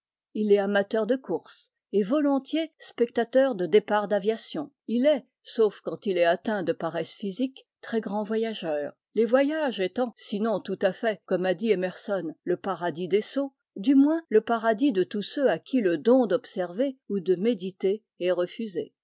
il est amateur de courses et volontiers spectateur de départs d'aviation il est sauf quand il est atteint de paresse physique très grand voyageur les voyages étant sinon tout à fait comme a dit emerson le paradis des sots du moins le paradis de tous ceux à qui le don d'observer ou de méditer est refusé